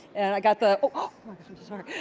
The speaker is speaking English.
and i got the ah ah sorry.